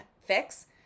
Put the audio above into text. fix